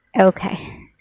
Okay